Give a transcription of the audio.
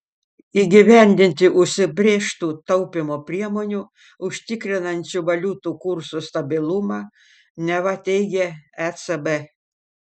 įgyvendinti užsibrėžtų taupymo priemonių užtikrinančių valiutų kursų stabilumą neva teigia ecb